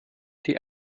die